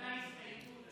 הייתה הסתייגות.